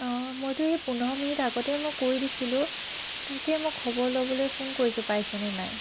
অঁ মইতো এই পোন্ধৰ মিনিট আগতে মই কৰি দিছিলোঁ তাকে মই খবৰ ল'বলৈ ফোন কৰিছোঁ পাইছেনে নাই